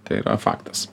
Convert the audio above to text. tai yra faktas